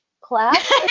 class